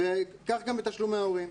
כך גם בתשלומי ההורים.